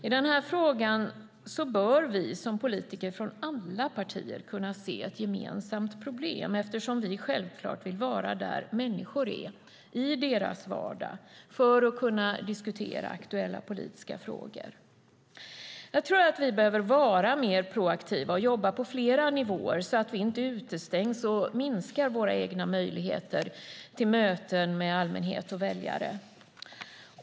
I denna fråga bör vi som politiker från alla partier kunna se ett gemensamt problem eftersom vi självfallet vill vara där människor är, i deras vardag, för att kunna diskutera aktuella politiska frågor. Jag tror att vi behöver vara mer proaktiva och jobba på flera nivåer så att vi inte utestängs och minskar våra egna möjligheter till möten med allmänhet och väljare.